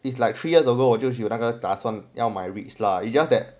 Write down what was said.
it's like three years ago 我就是有那个打算买 REITs lah it's just that